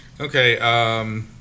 Okay